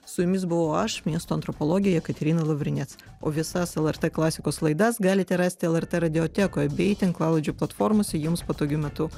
su jumis buvau aš miesto antropologė jekaterina lavrinec o visas lrt klasikos laidas galite rasti lrt radiotekoj bei tinklalaidžių platformose jums patogiu metu